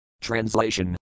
Translation